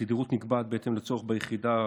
התדירות נקבעת בהתאם לצורך ביחידה,